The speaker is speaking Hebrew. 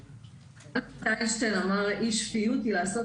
אלברט איינשטיין אמר: אי שפיות היא לעשות